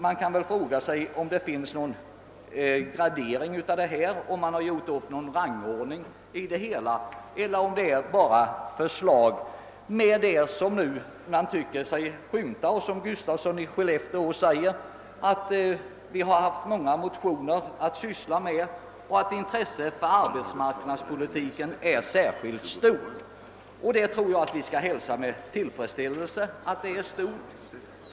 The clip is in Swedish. Man kan ju fråga sig, om det finns någon gradering av dessa önskemål och om man gjort upp någon rangordning eller om det bara är fråga om olika förslag. Herr Gustafsson i Skellefteå säger att många motioner har väckts i arbetsmarknadspolitiska frågor och att intresset för arbetsmarknadspolitiken är särskilt stort. Att intresset är stort bör vi hälsa med tillfredsställelse.